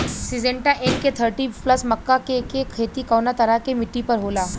Syngenta NK thirty plus मक्का के के खेती कवना तरह के मिट्टी पर होला?